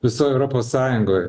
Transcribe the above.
visoj europos sąjungoj